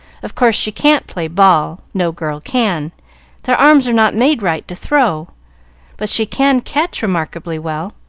of course, she can't play ball no girl can their arms are not made right to throw but she can catch remarkably well.